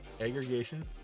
aggregation